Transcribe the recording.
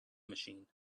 machine